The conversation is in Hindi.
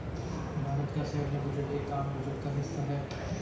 भारत का सैन्य बजट एक आम बजट का हिस्सा है